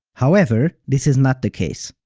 however, this is not the case.